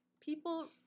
people